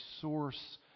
source